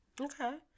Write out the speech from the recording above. okay